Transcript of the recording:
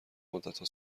مدتها